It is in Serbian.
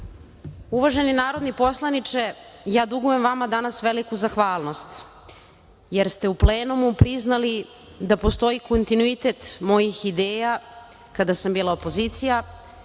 narodni poslaniče, ja dugujem vama danas veliku zahvalnost, jer ste u plenumu priznali da postoji kontiniuitet mojih ideja kada sam bila opozicija